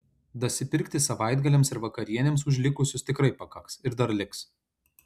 dasipirkti savaitgaliams ir vakarienėms už likusius tikrai pakaks ir dar liks